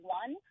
one